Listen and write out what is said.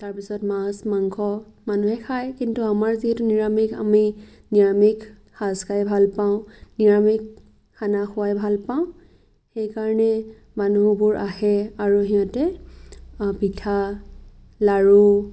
তাৰ পিছত মাছ মাংস মানুহে খায় কিন্তু আমাৰ যিহেতু নিৰামিষ আমি নিৰামিষ সাজ খাই ভাল পাওঁ নিৰামিষ খানা খুৱাই ভাল পাওঁ সেইকাৰণে মানুহবোৰ আহে আৰু সিহঁতে পিঠা লাড়ু